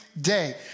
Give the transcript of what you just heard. day